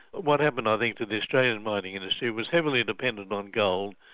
what happened i think that the australian mining industry was heavily dependent on gold.